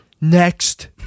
Next